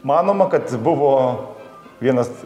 manoma kad buvo vienas